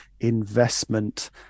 investment